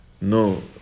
No